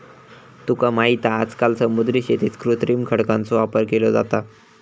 तुका माहित हा आजकाल समुद्री शेतीत कृत्रिम खडकांचो वापर केलो जाता